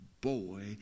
boy